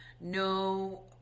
No